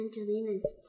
Angelina's